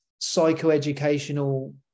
psychoeducational